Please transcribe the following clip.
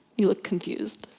you look confused.